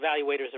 evaluators